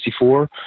1964